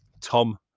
Tom